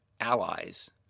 allies